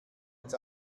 ins